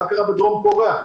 מה קרה בדרום קוריאה.